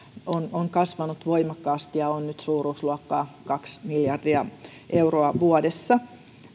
on kasvanut voimakkaasti ja on nyt suuruusluokkaa kaksi miljardia euroa vuodessa